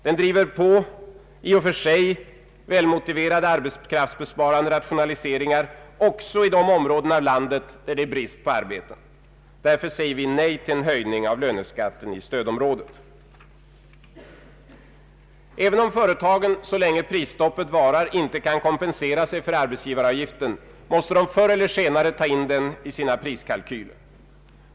Den driver på i och för sig välmotiverade arbetskraftsbesparande rationaliseringar också i de områden av landet där det är brist på arbeten. Därför säger vi nej till en höjning av löneskatten i stödområdet. Även om företagen så länge prisstop pet varar inte kan kompensera sig för arbetsgivaravgiften måste de förr eller senare ta in den i sina priskalkyler.